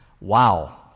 Wow